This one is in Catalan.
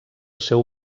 seu